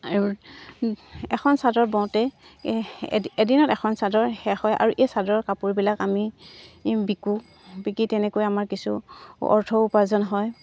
আৰু এখন চাদৰ বওঁতে এদি এদিনত এখন চাদৰ শেষ হয় আৰু এই চাদৰ কাপোৰবিলাক আমি বিকোঁ বিকি তেনেকৈ আমাৰ কিছু অৰ্থও উপাৰ্জন হয়